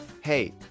hey